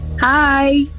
Hi